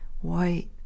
white